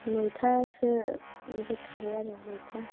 नयथासोनिफ्राय खारो आरो नयथा